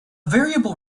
variable